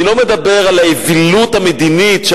אני לא מדבר על האווילות המדינית של